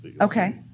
Okay